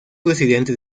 presidente